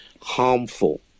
harmful